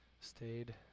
stayed